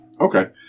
Okay